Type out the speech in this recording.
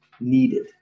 needed